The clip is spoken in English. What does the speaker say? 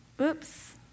oops